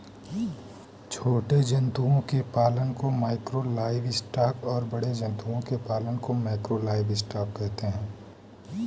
छोटे जंतुओं के पालन को माइक्रो लाइवस्टॉक और बड़े जंतुओं के पालन को मैकरो लाइवस्टॉक कहते है